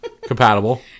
compatible